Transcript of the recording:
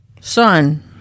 Son